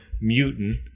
mutant